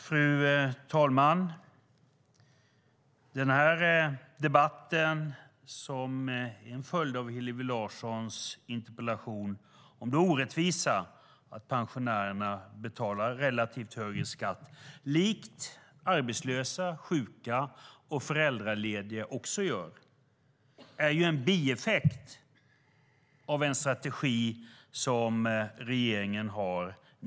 Fru talman! Den här debatten, som är en följd av Hillevi Larssons interpellation om det orättvisa i att pensionärerna likt arbetslösa, sjuka och föräldralediga betalar en relativt sett högre skatt, är en bieffekt av en strategi som regeringen har.